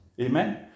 Amen